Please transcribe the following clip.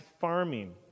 farming